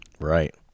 right